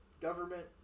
government